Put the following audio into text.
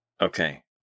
Okay